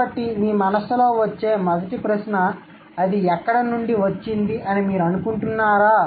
కాబట్టి మీ మనస్సులో వచ్చే మొదటి ప్రశ్న అది ఎక్కడ నుండి వచ్చింది అని మీరు అనుకుంటున్నారా